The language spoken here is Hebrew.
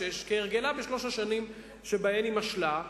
כהרגלה בשלוש השנים שבהן היא משלה,